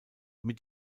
mit